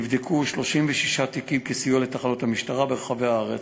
נבדקו 36 תיקים כסיוע לתחנות המשטרה ברחבי הארץ.